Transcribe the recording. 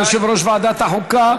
יושב-ראש ועדת החוקה.